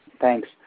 Thanks